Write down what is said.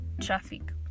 traffic